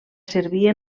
servir